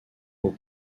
aux